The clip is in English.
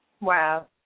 Wow